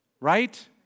right